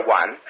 one